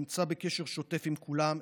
נמצא בקשר שוטף עם כולם,